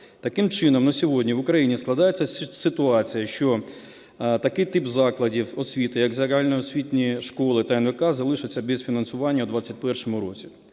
Таким чином на сьогодні в Україні складається ситуація, що такий тип закладів освіти, як загальноосвітні школи та НВК, залишаться без фінансування в 2021 році.